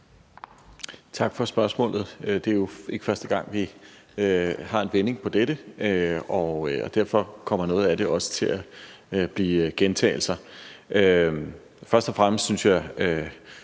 Tak for spørgsmålet. Det er jo ikke første gang, vi vender dette, og derfor kommer noget af det også til at blive gentagelser. Først og fremmest synes jeg,